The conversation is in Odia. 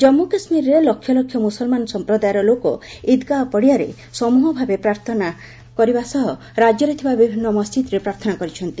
ଜାମ୍ମୁ କାଶ୍ମୀରର ଲକ୍ଷ ଲକ୍ଷ ମୁସଲମାନ ସମ୍ପ୍ରଦାୟର ଲୋକ ଇଦ୍ଗାହ ପଡିଆରେ ସମ୍ବହ ଭାବେ ଇଦ୍ପ୍ରାର୍ଥନା କରିବା ସହ ରାଜ୍ୟରେ ଥିବା ବିଭିନ୍ନ ମସ୍ଜିଦ୍ରେ ପ୍ରାର୍ଥନା କରିଛନ୍ତି